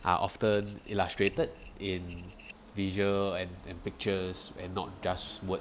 are often illustrated in visual and and pictures and not just word